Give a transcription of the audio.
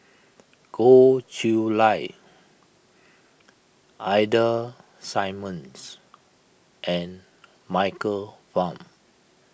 Goh Chiew Lye Ida Simmons and Michael Fam